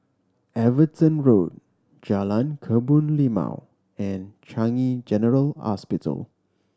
Everton Road Jalan Kebun Limau and Changi General Hospital